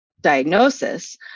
diagnosis